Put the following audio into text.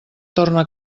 torna